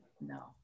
no